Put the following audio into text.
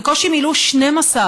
בקושי מילאו 12,